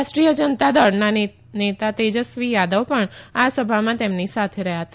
રાષ્ટ્રીય જનતા દળના નેતા તેજસ્વી યાદવ પણ આ સભામાં તેમની સાથે રહયાં હતા